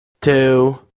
two